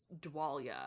Dwalia